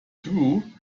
true